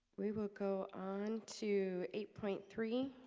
we will go on to eight point three